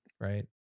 right